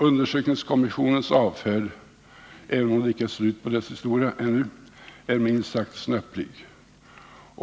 Undersökningskommissionens avfärd, även om det ännu inte är slut på dess historia, är minst sagt snöplig.